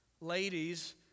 ladies